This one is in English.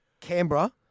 Canberra